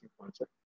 concept